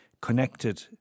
connected